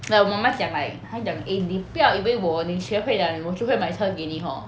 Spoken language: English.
like 我妈妈讲 like 她讲 eh 你不要以为我你学会 liao 我就会买车给你 hor